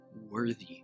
worthy